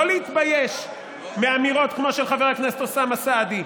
לא להתבייש מאמירות כמו של חבר אוסאמה סעדי,